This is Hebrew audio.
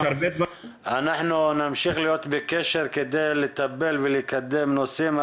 אנחנו נמשיך להיות בקשר כדי לטפל ולקדם נושאים.